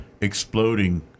exploding